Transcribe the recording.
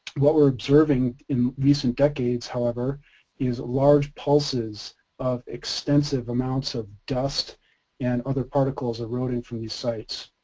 what we're observing in recent decades however is large pulses of extensive amounts of dust and other particles eroding from these sites.